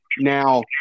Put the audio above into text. now